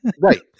Right